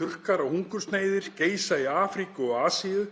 þurrkar og hungursneyðir geisa í Afríku og Asíu,